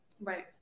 right